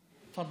תפדל.